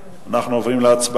לוועדת החוץ והביטחון